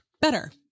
better